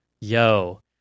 yo